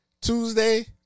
Tuesday